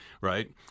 right